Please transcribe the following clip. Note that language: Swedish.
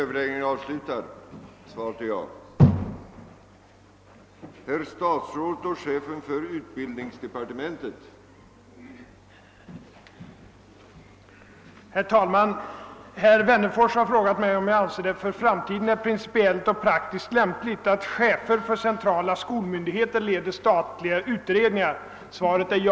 Herr talman! Herr Wennerfors har frågat mig, om jag anser att det för framtiden är principiellt och praktiskt lämpligt att chefer för centrala skolmyndigheter leder statliga utredningar. Svaret är ja.